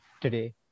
today